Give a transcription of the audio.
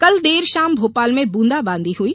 कल देर शाम भोपाल में बूंदाबादी हुई